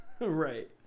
Right